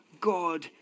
God